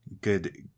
good